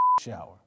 shower